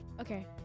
Okay